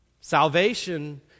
Salvation